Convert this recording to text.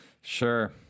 Sure